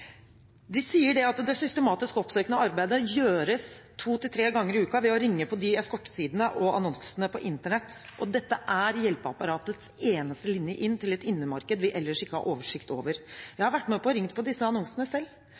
De sier at det systematisk oppsøkende arbeidet gjøres to–tre ganger i uken ved å ringe på eskortesidene og annonsene på Internett, og dette er hjelpeapparatets eneste linje inn til et innemarked vi ellers ikke har oversikt over. Jeg har vært med på å ringe på disse annonsene selv.